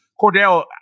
Cordell